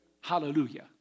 Hallelujah